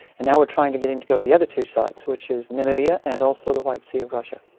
and now we're trying to get him to go to the other two sites, which is namibia and also the white sea of russia.